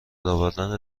آوردن